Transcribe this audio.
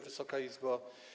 Wysoka Izbo!